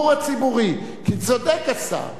כי צודק השר,